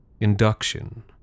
induction